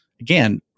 again